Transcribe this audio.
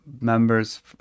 members